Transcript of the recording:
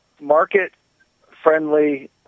market-friendly